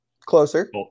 Closer